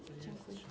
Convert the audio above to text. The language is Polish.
Dziękuję.